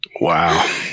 Wow